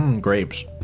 Grapes